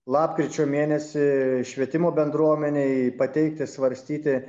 lapkričio mėnesį švietimo bendruomenei pateikti svarstyti